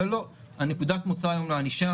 אלא נקודת המוצא של הענישה,